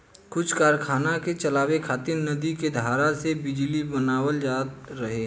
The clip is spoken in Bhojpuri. कुछ कारखाना के चलावे खातिर नदी के धारा से बिजली बनावल जात रहे